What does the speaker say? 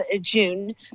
June